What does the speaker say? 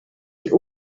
die